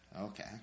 Okay